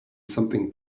something